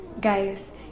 guys